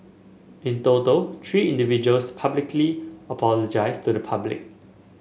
in total three individuals publicly apologised to the public